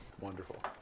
Wonderful